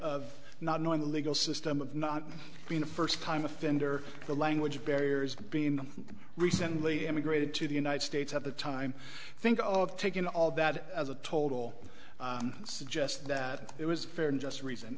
of not knowing the legal system of not being a first time offender the language barrier has been recently emigrated to the united states have the time i think of taking all that as a total suggest that it was fair and just reason